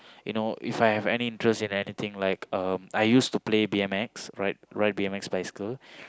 you know If I have any interest in anything like um I used to play B_M_X ride ride B_M_X bicycle